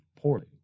poorly